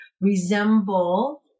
resemble